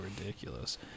ridiculous